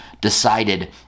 decided